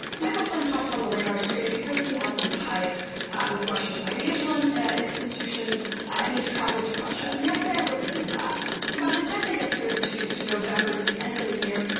michael flynn pops on the radar screen because he has some ties with russian financial and institutions and he's travelled to russia. and the fbi looks into that. and by the time they get sort of two to november to the end of the year,